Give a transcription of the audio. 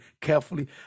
carefully